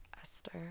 Esther